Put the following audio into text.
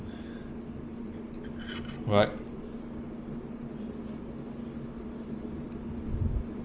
right